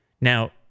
Now